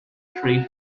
three